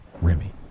Remy